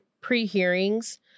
pre-hearings